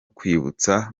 kwibutsa